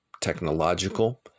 technological